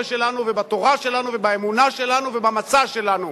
שלנו ובתורה שלנו ובאמונה שלנו ובמצע שלנו.